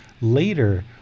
Later